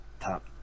top